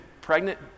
pregnant